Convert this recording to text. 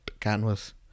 canvas